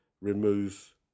remove